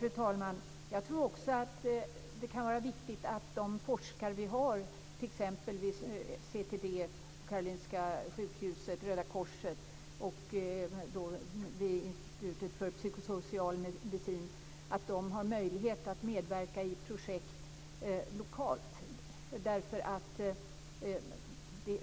Fru talman! Jag tror också att det kan vara viktigt att de forskare som vi har t.ex. vid CTD på Karolinska sjukhuset, på Röda korset och vid institutet för psykosocial medicin har möjlighet att medverka i projekt lokalt.